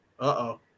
Uh-oh